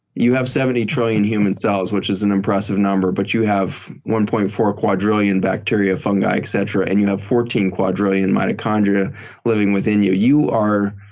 you have seventy trillion human cells, which is an impressive number, but you have one point four quadrillion bacteria, fungi et cetera and you have fourteen quadrillion mitochondria living within you. you are,